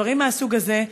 דברים מהסוג הזה,